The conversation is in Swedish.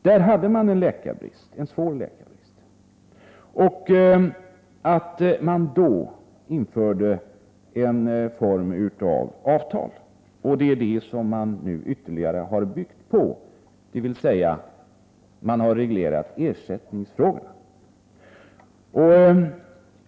Där hade man en svår läkarbrist, och man införde då en form av avtal. Det är det som man nu har byggt på ytterligare, dvs. man har reglerat ersättningsfrågorna.